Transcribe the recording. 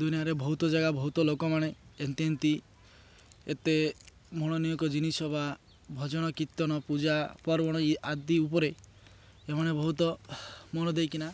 ଦୁନିଆଁରେ ବହୁତ ଜାଗା ବହୁତ ଲୋକମାନେ ଏମିତି ଏମିତି ଏତେ ମୂଳନୀୟକ ଜିନିଷ ବା ଭଜନ କୀର୍ତ୍ତନ ପୂଜା ପର୍ବଣ ଆଦି ଉପରେ ଏମାନେ ବହୁତ ମନ ଦେଇକିନା